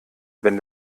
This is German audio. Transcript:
wenn